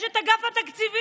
יש את אגף התקציבים,